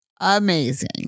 amazing